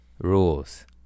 rules